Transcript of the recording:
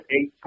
eight